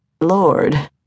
Lord